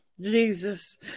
Jesus